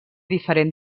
diferent